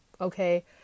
okay